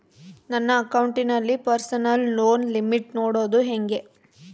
ನನ್ನ ಅಕೌಂಟಿನಲ್ಲಿ personal loan limit ನೋಡದು ಹೆಂಗೆ?